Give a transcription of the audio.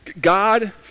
God